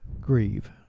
grieve